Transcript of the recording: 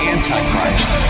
Antichrist